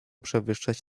przewyższać